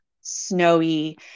snowy